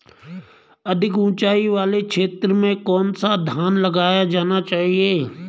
अधिक उँचाई वाले क्षेत्रों में कौन सा धान लगाया जाना चाहिए?